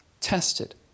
tested